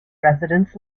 residents